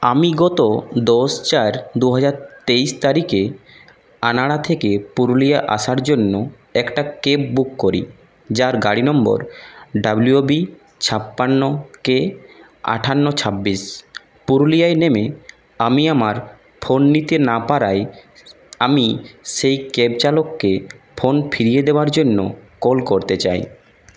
আমি গত দশ চার দুহাজার তেইশ তারিখে আনাড়া থেকে পুরুলিয়া আসার জন্য একটা ক্যাব বুক করি যার গাড়ি নম্বর ডাব্লিউ বি ছাপ্পান্ন কে আঠন্ন ছাব্বিশ পুরুলিয়ায় নেমে আমি আমার ফোন নিতে না পারায় আমি সেই ক্যাব চালককে ফোন ফিরিয়ে দেওয়ার জন্য কল করতে চাই